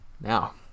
Now